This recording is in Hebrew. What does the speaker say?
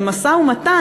במשא-ומתן,